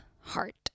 heart